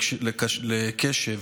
לקשר,